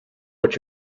what